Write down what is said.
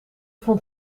vond